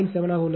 7 ஆக உள்ளது